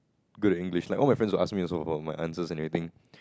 good in English like all my friends would ask me also for my answers and everything